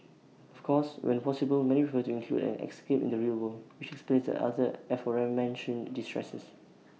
of course when possible many prefer to include an escape in the real world which explains the other aforementioned distresses